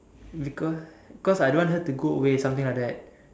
because because I don't want her to go away something like that